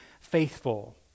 faithful